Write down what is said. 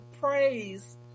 praise